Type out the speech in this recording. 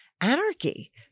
anarchy